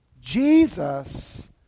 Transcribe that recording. Jesus